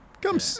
Come